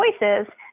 choices